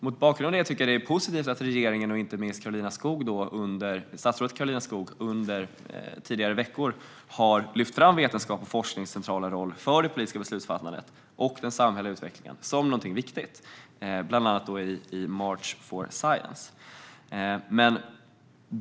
Mot bakgrund av det tycker jag att det är positivt att regeringen - och inte minst statsrådet Karolina Skog - under de senaste veckorna har lyft fram vikten av vetenskapens och forskningens centrala roll för det politiska beslutsfattandet och för den samhälleliga utvecklingen, bland annat i March for Science.